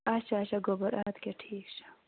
اچھا اچھا گۄبُر اَدٕ کیٛاہ ٹھیٖک چھِ